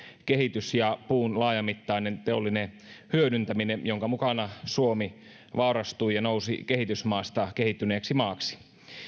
kehitys ja puun laajamittainen teollinen hyödyntäminen jonka mukana suomi vaurastui ja nousi kehitysmaasta kehittyneeksi maaksi